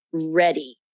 Ready